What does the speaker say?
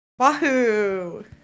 Wahoo